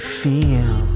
feel